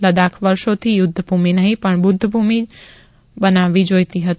લદાખ વર્ષોથી યુદ્ધ ભૂમિ નહિ પણ બુદ્ધ ભૂમિ બનાવવી જોઈતી હતી